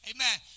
Amen